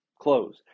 Close